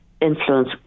influence